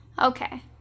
Okay